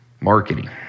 marketing